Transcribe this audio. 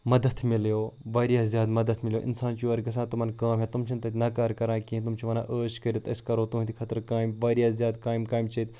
مَدَتھ مِلیو واریاہ زیادٕ مَدَتھ مِلیو اِنسان چھُ یورٕ گژھان تمَن کٲم تم چھِنہٕ تَتہِ نَکار کَران کینٛہہ تم چھِ وَنان عٲش کٔرِتھ أسۍ کَرو تُہٕنٛدِ خٲطرٕ کامہِ واریاہ زیادٕ کامہِ کامہِ چھِ ییٚتہِ